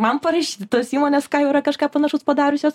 man parašyti tos įmonės ką jau yra kažką panašaus padariusios